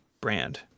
brand